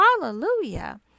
Hallelujah